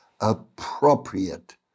Appropriate